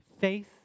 faith